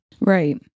Right